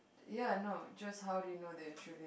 ya I know just how do you know that you're truly in love